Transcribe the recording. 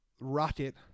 rocket